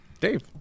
Dave